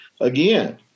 again